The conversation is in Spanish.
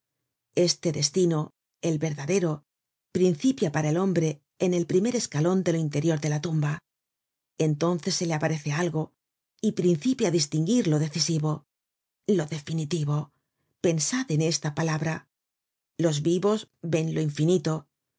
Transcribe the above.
este destino el verdadero principia para el hombre en el primer escalon de lo interior de la tumba entonces se le aparece algo y principia á distinguir lo decisivo lo definitivo pensad en esta palabra los vivos ven lo infinito